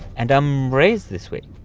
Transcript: and i'm raised this way,